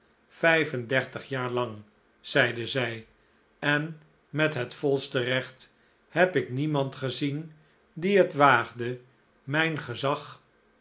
dien dag vijfen dertig jaar lang zeide zij en met het volste recht heb ik niemand gezien die het waagde mijn gezag